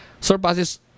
surpasses